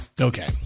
Okay